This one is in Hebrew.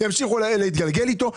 ימשיכו להתגלגל איתו".